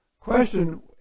question